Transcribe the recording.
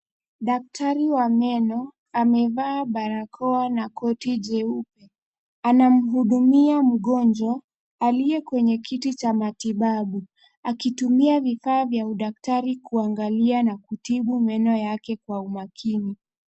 Daktari wa meno amevaa barakoa na koti jeupe. Anamhudumia mgonjwa aliye kwenye kiti cha matibabu akitumia vifaa vya udaktari kuangalia na kutibu meno yake kwa umakini.